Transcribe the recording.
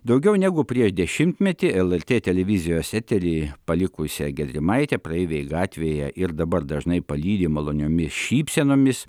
daugiau negu prieš dešimtmetį lrt televizijos eterį palikusią gedrimaitę praeiviai gatvėje ir dabar dažnai palydi maloniomis šypsenomis